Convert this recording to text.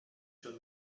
schon